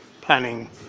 planning